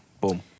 Boom